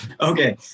okay